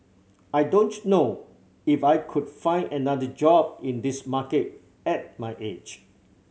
I don't know if I could find another job in this market at my age